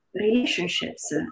relationships